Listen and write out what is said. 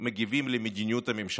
מגיבים על מדיניות הממשלה,